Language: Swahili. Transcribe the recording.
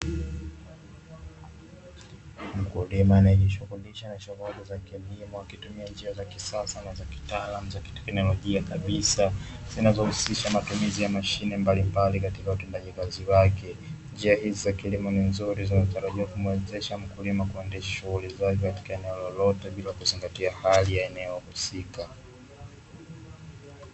Mkulima anayejishughulisha na changamoto za kilimo akitumia njia za kisasa na za kitaalamu za kiteknolojia kabisa, zinazohusisha matumizi ya mashine mbalimbali katika utendaji kazi wake, njia hizi za kilimo ni nzuri zinazotarajiwa kumwezesha mkulima kuendesha shughuli zao katika eneo lolote bila kuzingatia hali ya eneo husika.